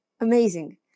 Amazing